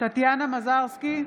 טטיאנה מזרסקי,